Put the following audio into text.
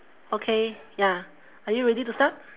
okay ya are you ready to start